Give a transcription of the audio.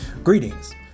Greetings